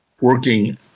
working